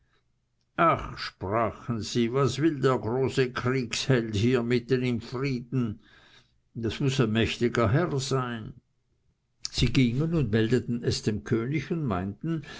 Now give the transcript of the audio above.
ach sprachen sie was will der große kriegsheld hier mitten im frieden das muß ein mächtiger herr sein sie gingen und meldeten es dem könig und meinten